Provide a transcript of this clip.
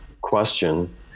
question